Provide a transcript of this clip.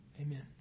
amen